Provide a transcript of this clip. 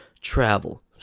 Travel